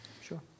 Sure